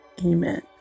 Amen